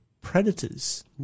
predators